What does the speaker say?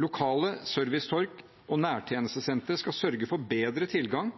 Lokale servicetorg og nærtjenestesentre skal sørge for bedre tilgang